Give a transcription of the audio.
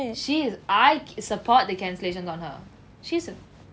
she's I support the cancellation on her she is a